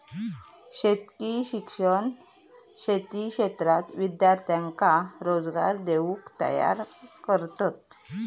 शेतकी शिक्षण शेती क्षेत्रात विद्यार्थ्यांका रोजगार देऊक तयार करतत